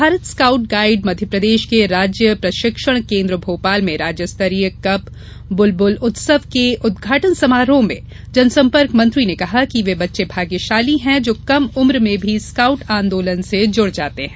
कल Bharat scout guide Madhya Pradesh के राज्य प्रशिक्षण केन्द्र भोपाल में राज्यस्तरीय कब बुलबुल उत्सव के उद्घाटन समारोह में जनसंपर्क मंत्री ने कहा कि वे बच्चे भाग्यशाली हैं जो कम उम्र में भी स्काउट आंदोलन से जुड़ जाते हैं